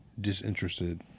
disinterested